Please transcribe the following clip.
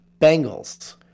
Bengals